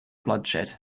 bloodshed